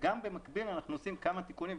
וגם במקביל אנחנו עושים כמה תיקונים,